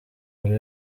buri